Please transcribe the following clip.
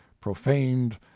profaned